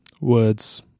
words